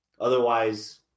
Otherwise